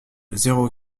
zéro